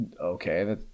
Okay